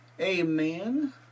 Amen